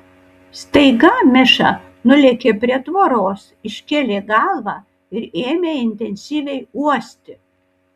staiga miša nulėkė prie tvoros iškėlė galvą ir ėmė intensyviai uosti